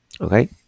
Okay